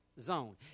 zone